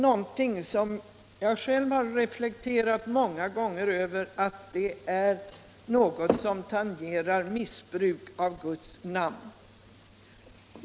Jag har själv reflekterat många gånger över att det är något som tangerar missbruk av Guds namn.